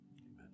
amen